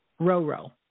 Roro